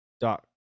dot